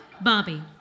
Bobby